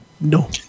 no